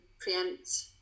preempt